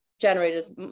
generators